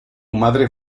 madre